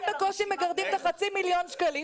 הם בקושי מגרדים את החצי מיליון שקלים,